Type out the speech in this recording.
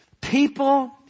people